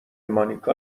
مانیکا